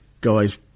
guy's